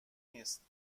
نیست